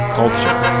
culture